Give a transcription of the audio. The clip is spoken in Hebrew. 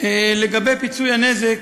לגבי פיצוי על הנזק,